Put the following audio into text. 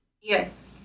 Yes